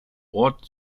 ort